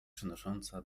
przynosząca